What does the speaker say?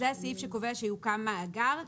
זה הסעיף שקובע שיוקם מאגר.